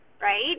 right